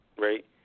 right